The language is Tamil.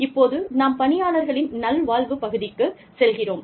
இப்போது நாம் பணியாளயர்களின் நல்வாழ்வு பகுதிக்குச் செல்கிறோம்